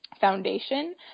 foundation